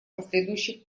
последующих